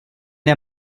der